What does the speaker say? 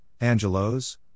Angelos